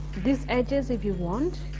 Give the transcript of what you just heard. these edges, if you want,